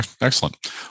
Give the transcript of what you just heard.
Excellent